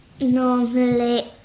normally